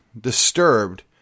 disturbed